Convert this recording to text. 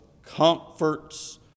Comforts